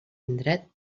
indret